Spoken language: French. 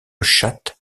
chatte